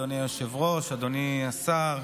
אדוני היושב-ראש, אדוני השר,